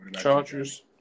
Chargers